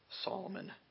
Solomon